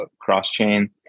cross-chain